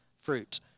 fruit